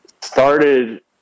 Started